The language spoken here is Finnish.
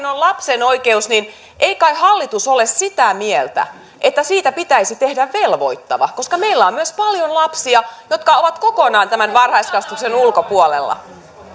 on lapsen oikeus niin ei kai hallitus ole sitä mieltä että siitä pitäisi tehdä velvoittava koska meillä on myös paljon lapsia jotka ovat kokonaan tämän varhaiskasvatuksen ulkopuolella